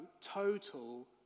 total